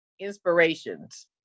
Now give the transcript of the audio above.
inspirations